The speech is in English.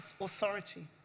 authority